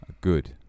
Good